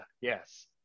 yes